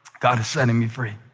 god is setting me free,